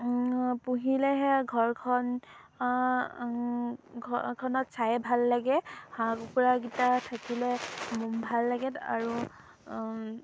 পুহিলেহে ঘৰখন ঘৰখনত চাইয়ে ভাল লাগে হাঁহ কুকুৰাকেইটা থাকিলে ভাল লাগে আৰু